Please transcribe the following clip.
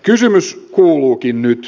kysymys kuuluukin nyt